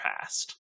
past